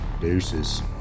Deuces